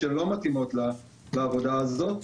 שלא מתאימים לעבודה הזאת.